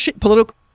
political